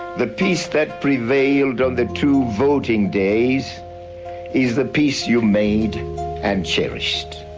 the peace that prevailed on the two voting days is the peace you made and cherished.